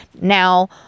now